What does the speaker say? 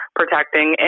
protecting